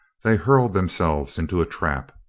they hurled themselves into a trap.